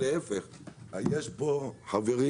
להפך; יש פה חברים,